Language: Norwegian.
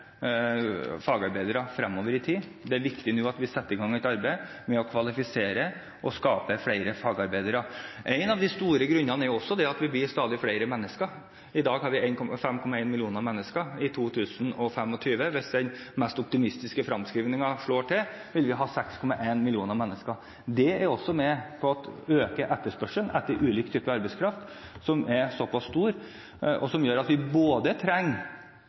fagarbeidere fremover i tid. Det er viktig at vi nå setter i gang et arbeid med å kvalifisere og utdanne flere fagarbeidere. En av hovedgrunnene er også at vi blir stadig flere mennesker. I dag har vi 5,1 millioner mennesker. I 2025, hvis den mest optimistiske fremskrivingen slår til, vil vi ha 6,1 millioner mennesker. Det er også med på å øke etterspørselen etter ulik type arbeidskraft i så pass stor grad, noe som gjør at vi trenger både